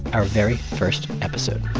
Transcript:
our very first episode